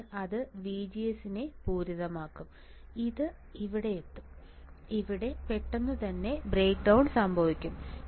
എന്നിട്ട് അത് VGS നെ പൂരിതമാക്കും അത് ഇവിടെയെത്തും ഇവിടെ പെട്ടെന്നുതന്നെ ബ്രേക്ക്ഡൌൺ സംഭവിക്കും